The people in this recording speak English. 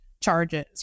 charges